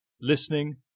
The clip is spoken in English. listening